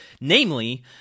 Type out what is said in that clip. namely